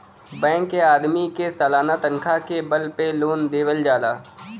bank के आदमी के सालाना तनखा के बल पे लोन देवल जाला